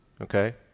Okay